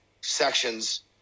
sections